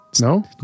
No